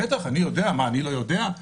בטח, אני יודע, אני לא יודע?